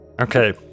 Okay